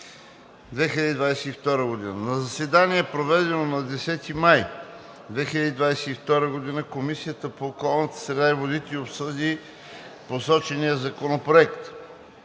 2022 г. На заседание, проведено на 10 май 2022 г., Комисията по околната среда и водите обсъди посочения законопроект.